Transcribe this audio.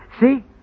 See